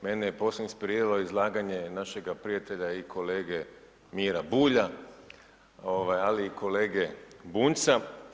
Mene je posebno inspiriralo izlaganje našega prijatelja i kolege Mira Bulja, ali i kolege Bunjca.